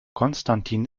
konstantin